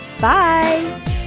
Bye